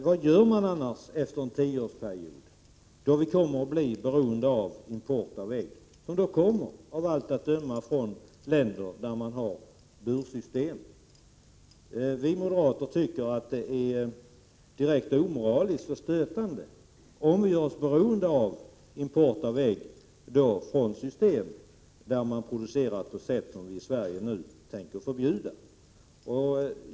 Vad skall man annars göra efter en tioårsperiod, då vi lär bli beroende av import av ägg, som av allt att döma kommer från länder där bursystem används? Vi moderater anser att det är direkt omoraliskt och stötande om vi skulle göra oss beroende av import av ägg från länder där produktionen sker med system som vi i Sverige nu tänker förbjuda.